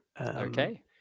okay